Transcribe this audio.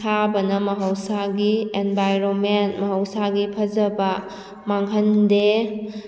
ꯊꯥꯕꯅ ꯃꯍꯧꯁꯥꯒꯤ ꯑꯦꯟꯚꯥꯏꯔꯣꯟꯃꯦꯟ ꯃꯍꯧꯁꯥꯒꯤ ꯐꯖꯕ ꯃꯥꯡꯍꯟꯗꯦ